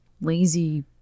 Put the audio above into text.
lazy